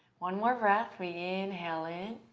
one more breath. we inhale in